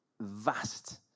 vast